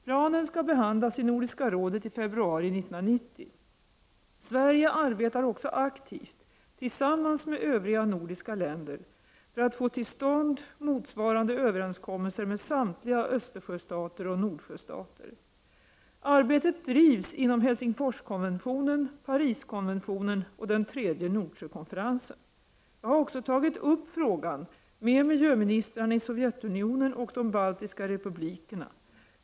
Planen skall behandlas i Nordiska rådet i februari 1990. Sverige arbetar också aktivt tillsammans med övriga nordiska länder för att få till stånd motsvarande överenskommelser med samtliga Östersjöstater och Nordsjöstater. Arbetet drivs inom Helsingforskonventionen, Pariskonventionen och den tredje Nordsjökonferensen. Jag har också tagit upp frågan med miljöministrarna i Sovjetunionen och de baltiska republikerna.